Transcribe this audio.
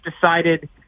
decided